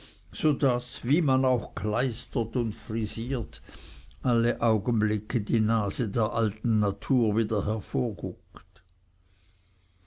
so daß wie man auch kleistert und frisiert alle augenblicke die nase der alten natur wieder